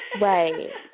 right